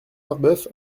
marbeuf